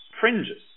fringes